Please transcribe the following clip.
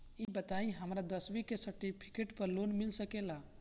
ई बताई हमरा दसवीं के सेर्टफिकेट पर लोन मिल सकेला?